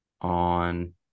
on